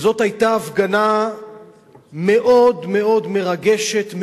זאת היתה הפגנה מאוד מאוד מרגשת,